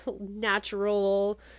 natural